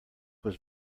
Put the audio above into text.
was